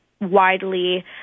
widely